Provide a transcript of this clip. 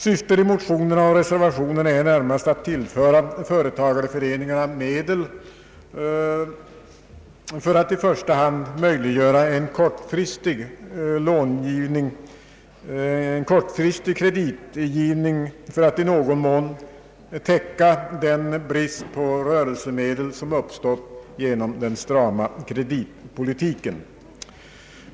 Syftet i motionerna och reservationen är närmast att tillföra företagarföreningarna medel och på så sätt i första hand möjliggöra en kortfristig kreditgivning för att i någon mån täcka den brist på rörelsemedel som uppstått genom den strama kreditpolitiken.